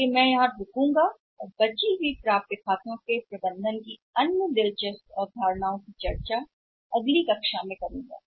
इसलिए मैं यहां रुकूंगा और कई अन्य दिलचस्प अवधारणाओं को छोड़ दूंगा खाता प्राप्य के प्रबंधन के बारे में हम अगली कक्षा में चर्चा करेंगे